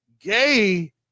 Gay